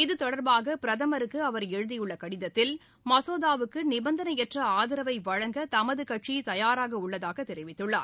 இதுதொடர்பாக பிரதமருக்கு அவர் எழுதியுள்ள கடிதத்தில் மசோதாவுக்கு நிபந்தனையற்ற ஆதரவை வழங்க தமது கட்சி தயாராக உள்ளதாக தெரிவித்துள்ளார்